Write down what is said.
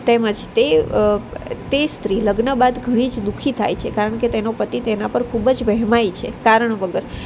તેમજ તે તે સ્ત્રી લગ્ન બાદ ઘણી જ દુખી થાય છે કારણ કે તેનો પતિ તેના ઉપર ખૂબ જ વહેમાય છે કારણ વગર